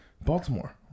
Baltimore